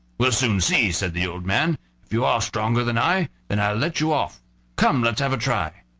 we'll soon see, said the old man if you are stronger than i then i'll let you off come, let's have a try.